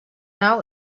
now